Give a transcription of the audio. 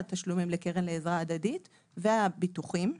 על תשלומים לקרן לעזרה הדדית ועל הביטוחים,